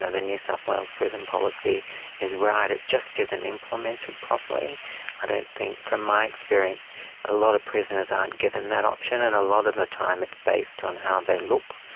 ah the new south wales prison policy is right, it just isn't implemented properly i don't think. from my experience a lot of prisoners aren't given that option, and a lot of the time it is based on how they look,